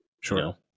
Sure